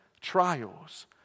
trials